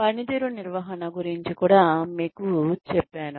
పనితీరు నిర్వహణ గురించి కూడా మీకు చెప్పాను